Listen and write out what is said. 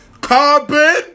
Carbon